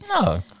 No